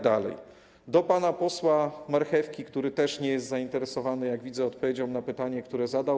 Do pana posła Marchewki, który też nie jest zainteresowany, jak widzę, odpowiedzią na pytanie, które zadał.